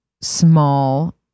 small